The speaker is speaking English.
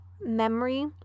memory